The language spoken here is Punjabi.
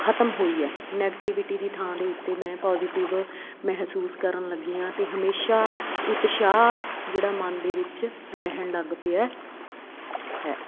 ਖ਼ਤਮ ਹੋਈ ਹੈ ਨੈਗਟੀਵਿਟੀ ਦੀ ਥਾਂ ਦੇ ਉੱਤੇ ਮੈਂ ਪੋਜ਼ੀਟਿਵ ਮਹਿਸੂਸ ਕਰਨ ਲੱਗੀ ਹਾਂ ਅਤੇ ਹਮੇਸ਼ਾਂ ਉਤਸ਼ਾਹ ਜਿਹੜਾ ਮਨ ਦੇ ਵਿੱਚ ਰਹਿਣ ਲੱਗ ਪਿਆ ਹੈ